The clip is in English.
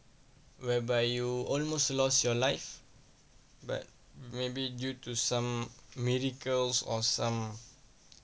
whereby you almost lost your life but maybe due to some miracles or some